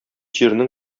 җирнең